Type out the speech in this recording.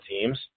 teams